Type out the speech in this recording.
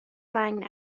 رنگ